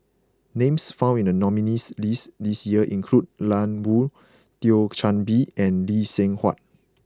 names found in the nominees' list this year include Lan Woo Thio Chan Bee and Lee Seng Huat